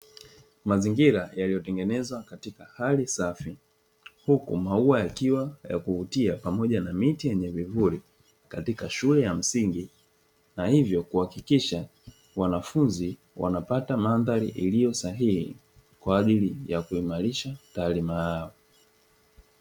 Mazingira yaliotengenezwa katika hali safi, huku maua yakiwa ya kuvutia pamoja na miti yenye vivuli katika shule ya msingi. Na ivyo kuhakikisha wanafunzi wanapata mandhari iliyo sahii kwa ajili ya kuimalisha taaluma yao.